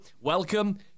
welcome